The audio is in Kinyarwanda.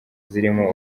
zirimo